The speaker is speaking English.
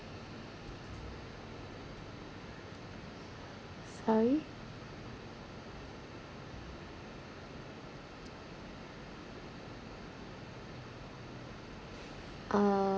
sorry uh